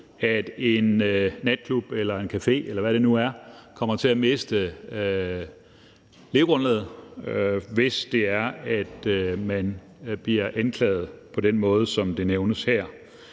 at en natklub eller en café, eller hvad det nu er, vil miste sit levegrundlag, hvis de bliver anklaget på den måde, som det nævnes i